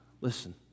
listen